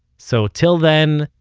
so till then,